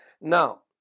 Now